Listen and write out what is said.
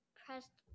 pressed